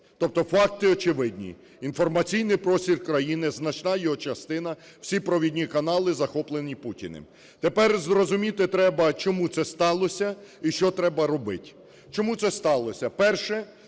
Тобто факти очевидні. Інформаційний простір країни, значна його частина, всі провідні канали захоплені Путіним. Тепер зрозуміти треба, чому це сталося і що треба робити. Чому це сталося. Перше